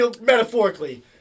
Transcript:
metaphorically